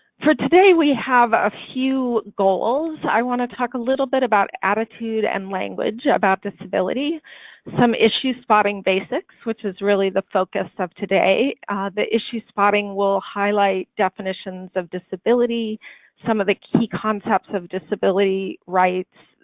for today we have a few goals i want to talk a little bit about attitude and language about disability some issue spotting basics which is really the focus of today the issue spotting will highlight definitions of disability some of the key concepts of disability rights,